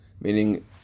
Meaning